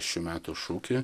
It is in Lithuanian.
šių metų šūkį